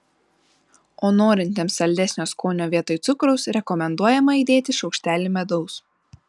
o norintiems saldesnio skonio vietoj cukraus rekomenduojama įdėti šaukštelį medaus